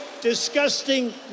disgusting